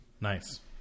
nice